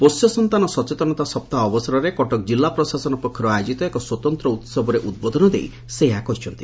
ପୌଷ୍ୟ ସନ୍ତାନ ସଚେତନତା ସପ୍ତାହ ଅବସରରେ କଟକ ଜିଲ୍ଲା ପ୍ରଶାସନ ପକ୍ଷରୁ ଆୟୋଜିତ ଏକ ସ୍ୱତନ୍ତ ଉହବରେ ଉଦ୍ବୋଧନ ଦେଇ ସେ ଏହା କହିଛନ୍ତି